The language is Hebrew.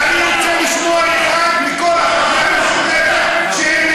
ואני רוצה לשמוע אחד מכל החברים שהוא נגד.